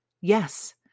Yes